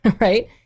Right